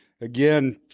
again